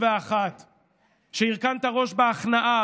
כשהרכנת ראש בהכנעה,